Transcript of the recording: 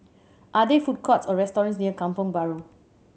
are there food courts or restaurants near Kampong Bahru